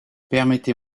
permettez